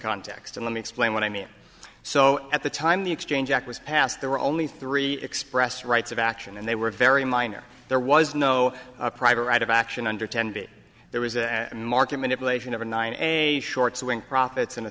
context of let me explain what i mean so at the time the exchange act was passed there were only three express rights of action and they were very minor there was no private right of action under tended there was a market manipulation of a nine a short swing profits and